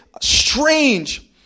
strange